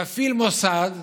תפעיל מוסד,